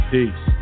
Peace